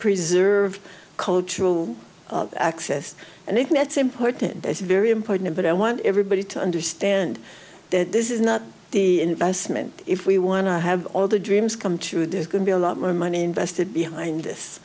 preserve cultural access and it nets important that's very important but i want everybody to understand that this is not the investment if we want to have all the dreams come true there's going to be a lot more money invested behind